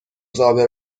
زابه